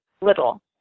little